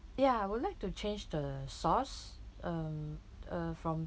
ya I would like to change the sauce um uh from